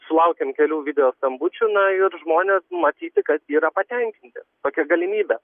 sulaukėm kelių video skambučių na ir žmonės matyti kad yra patenkinti tokia galimybe